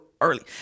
early